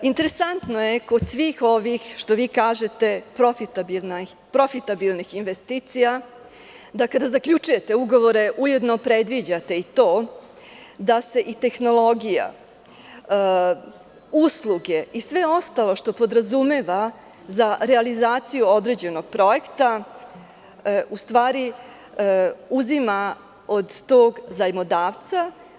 Interesantno je kod svih ovih, što vi kažete, profitabilnih investicija, da kada zaključujete ugovore ujedno predviđate i to da se i tehnologija, usluge i sve ostalo što podrazumeva realizaciju određenog projekta uzima od tog zajmodavca.